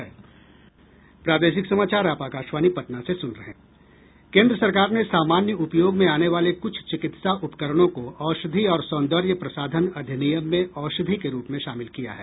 केन्द्र सरकार ने सामान्य उपयोग में आने वाले कुछ चिकित्सा उपकरणों को औषधि और सौंदर्य प्रसाधन अधिनियम में औषधि के रूप में शामिल किया है